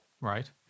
right